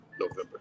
November